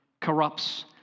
corrupts